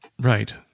Right